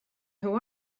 who